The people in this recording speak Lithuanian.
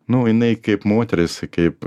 nu jinai kaip moteris kaip